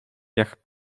jak